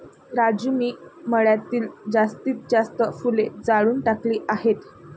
राजू मी मळ्यातील जास्तीत जास्त फुले जाळून टाकली आहेत